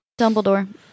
Dumbledore